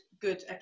good